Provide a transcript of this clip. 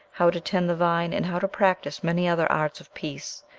how to tend the vine, and how to practise many other arts of peace,